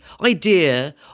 idea